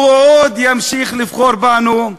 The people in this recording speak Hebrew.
הוא עוד ימשיך לבחור בנו.